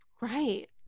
right